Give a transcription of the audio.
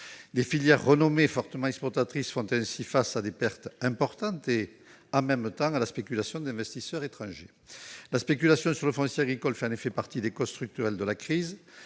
Des filières renommées et fortement exportatrices font face à des pertes importantes et à la spéculation d'investisseurs étrangers. La spéculation sur le foncier agricole fait en effet partie des causes structurelles de la crise.